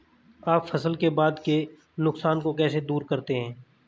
आप फसल के बाद के नुकसान को कैसे दूर करते हैं?